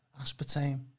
aspartame